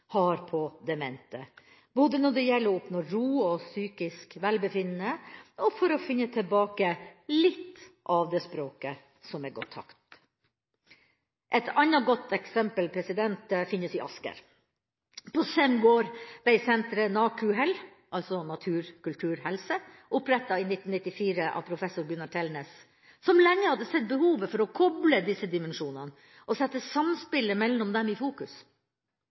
har på demente, både når det gjelder å oppnå ro og psykisk velbefinnende, og for å finne tilbake litt av det språket som er gått tapt. Et annet godt eksempel finnes i Asker. På Sem gård ble senteret NaKuHel – altså natur-kultur-helse – opprettet i 1994 av professor Gunnar Tellnes, som lenge hadde sett behovet for å koble disse dimensjonene og sette samspillet mellom dem i fokus.